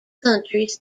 countries